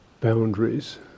boundaries